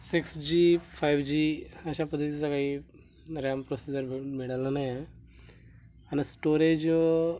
six G five G अशा पद्धतीचा काही रॅम प्रोसेसर मि मिळालेला नाही आहे आणि स्टोरेज